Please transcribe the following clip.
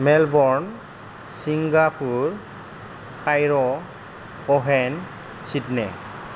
Melbourne Singapore Cairo Sydney